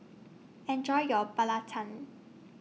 Enjoy your Belacan